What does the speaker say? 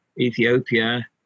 Ethiopia